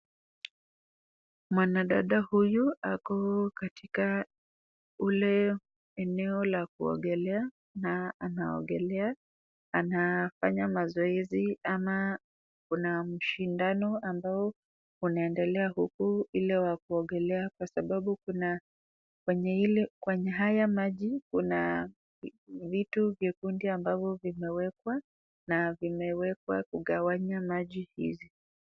Mwanadada huyu ako katika eneo la kuogelea anafanya mazoezi ama kuna mashindano ambayo inaendelea ile ya kuogelea kwa sababu kwenye haya maji kuna vitu vyekundu ambayo imeekwa na imeekwa kugawanya maji hizi.